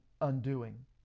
undoing